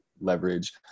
leverage